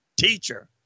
teacher